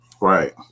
Right